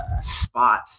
spot